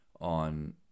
on